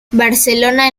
barcelona